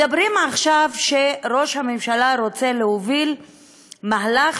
אומרים עכשיו שראש הממשלה רוצה להוביל מהלך